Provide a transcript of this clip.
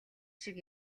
шиг